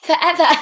forever